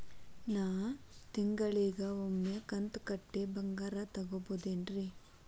ನಾ ತಿಂಗಳಿಗ ಒಮ್ಮೆ ಕಂತ ಕಟ್ಟಿ ಬಂಗಾರ ತಗೋಬಹುದೇನ್ರಿ?